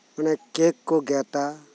ᱚᱱᱮ ᱠᱮᱠ ᱠᱩ ᱜᱮᱛᱟ